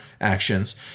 actions